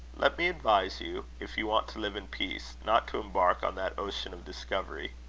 let me advise you, if you want to live in peace, not to embark on that ocean of discovery.